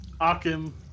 Akim